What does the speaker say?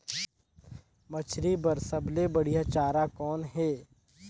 मछरी बर सबले बढ़िया चारा कौन हे?